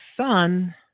son